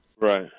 Right